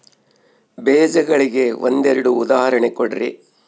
ಬೇಜಗಳಿಗೆ ಒಂದೆರಡು ಉದಾಹರಣೆ ಕೊಡ್ರಿ?